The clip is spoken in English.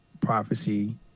prophecy